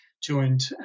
joined